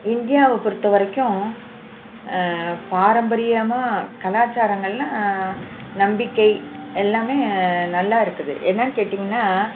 இந்தியாவை பொறுத்த வரைக்கும் பாரம்பரியமாக கலாச்சாரங்களெலாம் நம்பிக்கை எல்லாமே நல்லா இருக்குது என்ன கேட்டீங்கன்னா